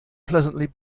pleasantly